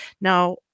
now